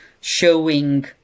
showing